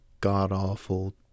god-awful